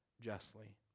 justly